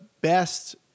best